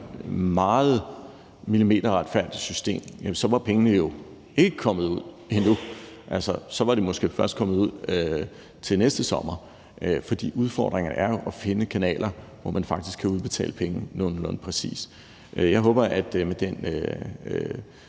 meget millimeterretfærdigt system, var pengene jo ikke kommet ud endnu. Så var de måske først kommet ud til næste sommer. For udfordringen er jo at finde kanaler, hvor man faktisk kan udbetale penge nogenlunde præcist. Jeg håber, at vi med den